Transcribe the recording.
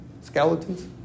skeletons